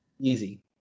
easy